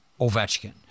Ovechkin